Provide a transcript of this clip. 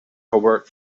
hobart